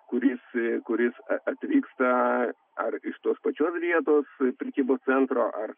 kuris kuris atvyksta ar iš tos pačios vietos prekybos centro ar